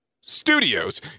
studios